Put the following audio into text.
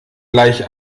gleich